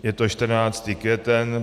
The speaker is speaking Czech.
Je to 14. květen.